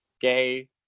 gay